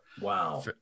Wow